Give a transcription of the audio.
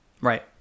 Right